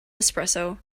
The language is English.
espresso